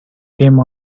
came